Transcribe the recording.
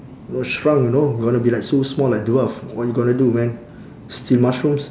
know shrunk you know gonna be like so small like dwarf what you gonna do man steal mushrooms